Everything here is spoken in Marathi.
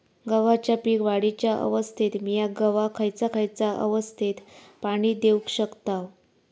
गव्हाच्या पीक वाढीच्या अवस्थेत मिया गव्हाक खैयचा खैयचा अवस्थेत पाणी देउक शकताव?